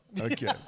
Okay